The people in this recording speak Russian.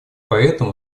поэтому